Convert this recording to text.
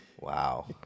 Wow